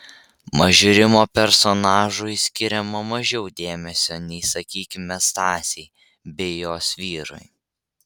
mažrimo personažui skiriama mažiau dėmesio nei sakykime stasei bei jos vyrui